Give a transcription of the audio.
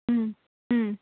हम्म हम्म